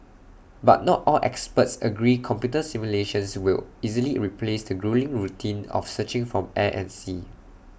but not all experts agree computer simulations will easily replace the gruelling routine of searching from air and sea